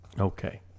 Okay